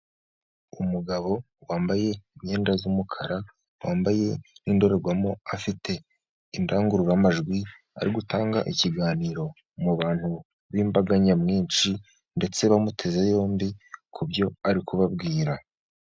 Umugabo wambaye imyenda y'umukara wambaye n' indorerwamo, afite indangururamajwi ari gutanga ikiganiro mu bantu b'imbaga nyamwinshi, ndetse bamuteze yombi kubyo ari kubabwira.